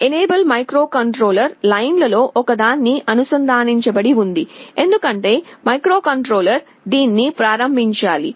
enable microcontroller లైన్లలో ఒకదానికి అనుసంధానించబడి ఉంది ఎందుకంటే మైక్రోకంట్రోలర్ దీన్ని ప్రారంభించాలి